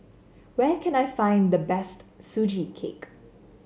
where can I find the best Sugee Cake